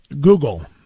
Google